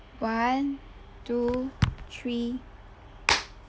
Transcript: one two three